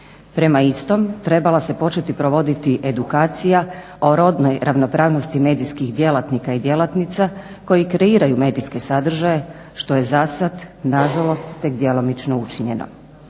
Prema istom, trebala se početi provoditi edukacija o rodnoj ravnopravnosti medijskih djelatnika i djelatnica koji kreiraju medijske sadržaje što je zasad nažalost tek djelomično učinjeno.